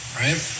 right